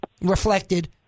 reflected